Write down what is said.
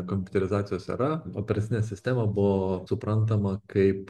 kompiuterizacijos era operacinė sistema buvo suprantama kaip